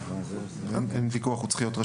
אין ויכוח על זה.